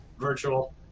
Virtual